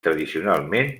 tradicionalment